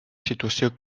situació